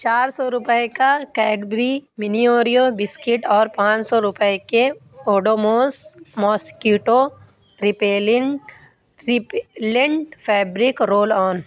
چار سو روپئے کا کیڈبری منی اوریو بسکٹ اور پانچ سو روپئے کے Odomos mosquito repellent repellent fabric roll آن